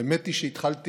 האמת היא שהתחלתי